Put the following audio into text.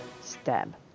stab